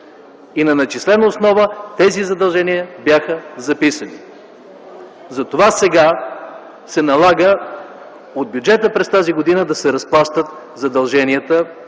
и на начислена основа тези задължения бяха записани. Затова сега се налага от бюджета през тази година да се разплащат задълженията